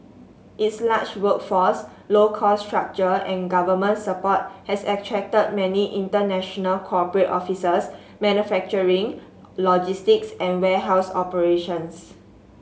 its large workforce low cost structure and government support has attracted many international corporate offices manufacturing logistics and warehouse operations